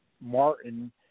Martin